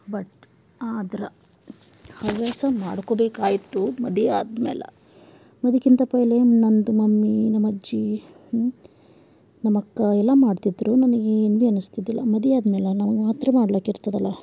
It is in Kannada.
ಬಟ್ ಆದ್ರೆ ಹವ್ಯಾಸ ಮಾಡ್ಕೊಳ್ಬೇಕಾಯ್ತು ಮದುವೆ ಆದ್ಮೇಲೆ ಅದಕ್ಕಿಂತ ಪೆಹೆಲೆ ನಂದು ಮಮ್ಮಿ ನಮಜ್ಜಿ ನಮ್ಮಕ್ಕ ಎಲ್ಲ ಮಾಡ್ತಿದ್ದರು ನನಗೇನು ಭೀ ಅನ್ನಿಸ್ತಿದ್ದಿಲ್ಲ ಮದುವೆ ಆದ್ಮೇಲೆ ನಾನು ಮಾತ್ರ ಮಾಡ್ಲಾಕ್ಕಿರ್ತದಲ್ಲ